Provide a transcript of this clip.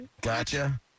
Gotcha